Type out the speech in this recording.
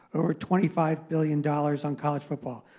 over twenty five billion dollars on college football.